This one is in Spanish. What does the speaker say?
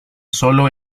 solo